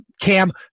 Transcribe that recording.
cam